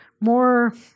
more